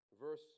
Verse